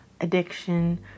addiction